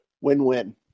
win-win